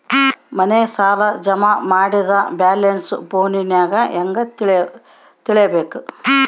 ಮನೆ ಸಾಲ ಜಮಾ ಮಾಡಿದ ಬ್ಯಾಲೆನ್ಸ್ ಫೋನಿನಾಗ ಹೆಂಗ ತಿಳೇಬೇಕು?